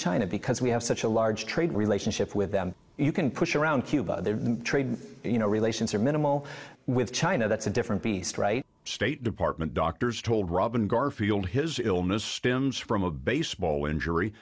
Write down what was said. china because we have such a large trade relationship with them you can push around cuba their trade you know relations are minimal with china that's a different beast right state department doctors told robin garfield his illness stems from a baseball injury